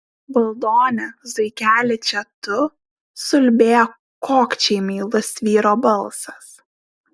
valdone zuikeli čia tu suulbėjo kokčiai meilus vyro balsas